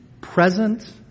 present